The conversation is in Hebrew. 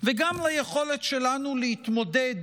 וגם ליכולת שלנו להתמודד